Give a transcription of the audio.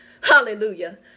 Hallelujah